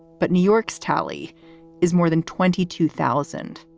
but new york's tally is more than twenty two thousand